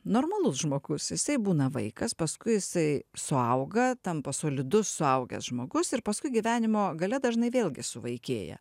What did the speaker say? normalus žmogus jisai būna vaikas paskui jisai suauga tampa solidus suaugęs žmogus ir paskui gyvenimo gale dažnai vėlgi suvaikėja